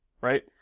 right